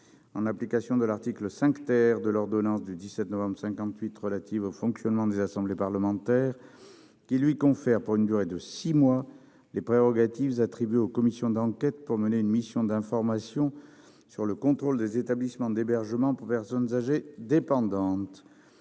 en application de l'article 5 de l'ordonnance n° 58-1100 du 17 novembre 1958 relative au fonctionnement des assemblées parlementaires, qu'il lui confère, pour une durée de six mois, les prérogatives attribuées aux commissions d'enquête pour mener une mission d'information sur le contrôle des établissements d'hébergement pour personnes âgées dépendantes.